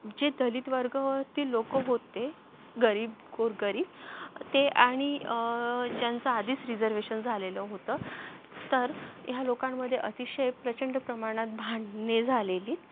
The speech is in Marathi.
जे दलित वर्गातील लोक होते गरीब गोरगरीब ते आणि ज्यांचं आधीच रिझर्वेशन झालेलं होतं तर ह्या लोकांमधे अतिशय प्रचंड प्रमाणात भांडणे झालेलीत